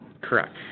Correct